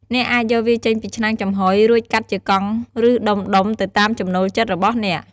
អ្នកអាចយកវាចេញពីឆ្នាំងចំហុយ រួចកាត់ជាកង់ ឬដុំៗ ទៅតាមចំណូលចិត្តរបស់អ្នក។